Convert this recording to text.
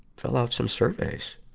fill out some surveys.